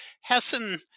Hessen